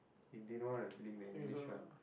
Indian one or you believe in English one